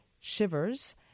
Shivers